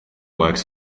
works